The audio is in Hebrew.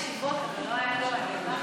אבל לא הייתה לו עניבה.